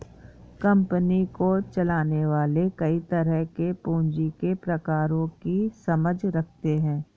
company को चलाने वाले कई तरह के पूँजी के प्रकारों की समझ रखते हैं